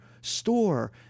store